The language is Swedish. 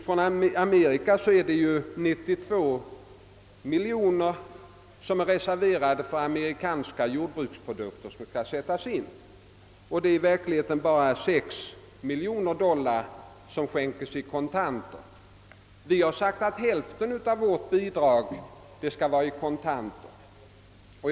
Av Amerikas 130 miljoner dollar har 92 reserverats för amerikanska jordbruksprodukter. Som kontantbelopp utgår endast 6 miljoner dollar. Vi har sagt, att hälften av vårt bidrag skall utgå i form av kontanter.